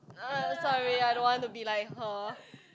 uh sorry I don't want to be like her